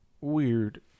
weird